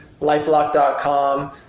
lifelock.com